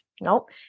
Nope